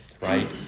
right